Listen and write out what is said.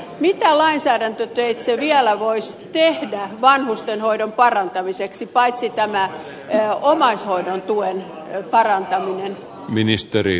mitä lainsäädäntöteitse vielä voisi tehdä vanhustenhoidon parantamiseksi paitsi tämän omaishoidon tuen parantamisen